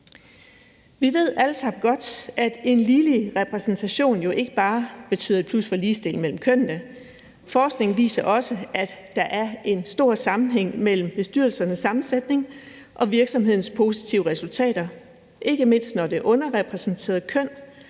Vi ved alle sammen godt, at en ligelig repræsentation jo ikke bare er et plus for ligestilling mellem kønnene. Forskning viser også, at der er en stor sammenhæng mellem bestyrelsernes sammensætning og virksomhedernes positive resultater, ikke mindst når det underrepræsenterede køn,